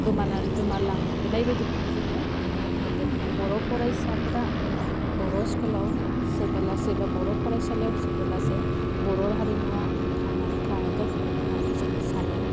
गोमाना गोमालांबोनायबायदिखौनो जोङो नुनो मोनहरदों बर' फरायसाफ्रा बर' स्कुलाव सोबोलासो एबा बर' फरायसालियाव सोबोलासो बर' हारिमुवा थांनानै थागोन होन्नानै जों सानो